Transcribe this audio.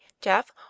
jeff